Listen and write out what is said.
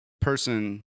person